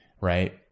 right